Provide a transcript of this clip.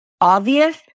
obvious